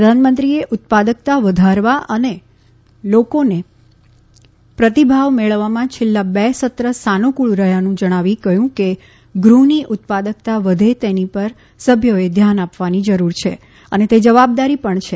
પ્રધાનમંત્રીએ ઉત્પાદકતા વધારવા અને લોકોનો પ્રતિભાવ મેળવવામાં છેલ્લાં બે સત્ર સાનુક્રળ રહ્યાંનું જણાવી કહ્યુંકે ગૃહની ઉત્પાદકતા વધે તેની પર સભ્યોએ ધ્યાન આપવાની જરૂર છે અને તે જવાબદારી પણ છે